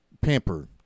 pamper